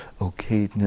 okay